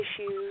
issues